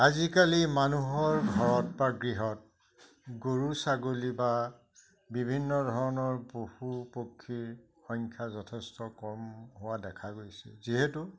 আজিকালি মানুহৰ ঘৰত বা গৃহত গৰু ছাগলী বা বিভিন্ন ধৰণৰ পশু পক্ষীৰ সংখ্যা যথেষ্ট কম হোৱা দেখা গৈছে যিহেতু